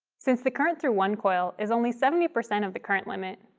since the current through one coil is only seventy percent of the current limit,